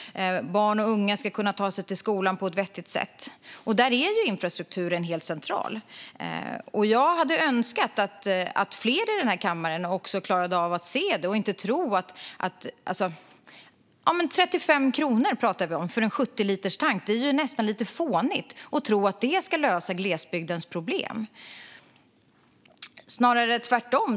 Barn och unga ska kunna ta sig till skolan på ett vettigt sätt. Då är infrastrukturen helt central. Jag hade önskat att fler i den här kammaren klarade av att se det. Vi pratar om 35 kronor för en 70-literstank. Det är ju nästan lite fånigt att tro att det ska lösa glesbygdens problem. Det är snarare tvärtom.